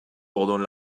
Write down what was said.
ordonne